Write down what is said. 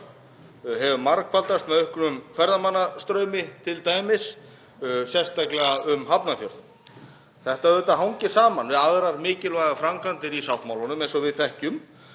hefur margfaldast með auknum ferðamannastraumi t.d., sérstaklega um Hafnarfjörð. Þetta auðvitað hangir saman við aðrar mikilvægar framkvæmdir í sáttmálanum eins og við þekkjum.